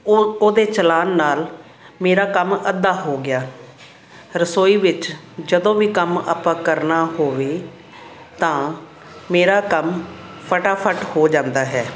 ਉਹ ਉਹਦੇ ਚਲਾਉਣ ਨਾਲ ਮੇਰਾ ਕੰਮ ਅੱਧਾ ਹੋ ਗਿਆ ਰਸੋਈ ਵਿੱਚ ਜਦੋਂ ਵੀ ਕੰਮ ਆਪਾਂ ਕਰਨਾ ਹੋਵੇ ਤਾਂ ਮੇਰਾ ਕੰਮ ਫਟਾਫਟ ਹੋ ਜਾਂਦਾ ਹੈ